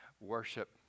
worship